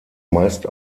meist